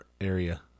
area